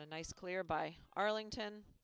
the nice clear by arlington